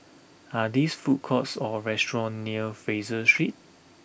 are these food courts or restaurants near Fraser Street